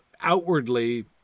outwardly